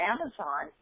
Amazon